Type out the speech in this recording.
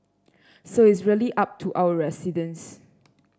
so it's really up to our residents